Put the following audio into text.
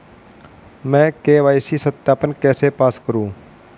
मैं के.वाई.सी सत्यापन कैसे पास करूँ?